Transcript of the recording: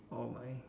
oh my